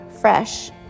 fresh